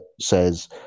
says